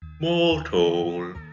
Mortal